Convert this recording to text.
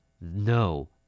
No